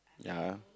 ya